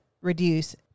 reduce